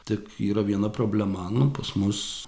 tik yra viena problema nu pas mus